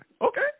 Okay